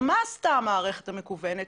מה עשתה המערכת המקוונת.